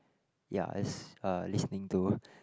ya is uh listening to